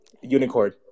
unicorn